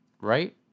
right